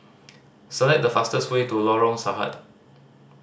select the fastest way to Lorong Sarhad